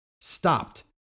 stopped